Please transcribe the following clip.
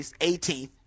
18th